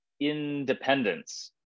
independence